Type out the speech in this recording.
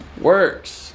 Works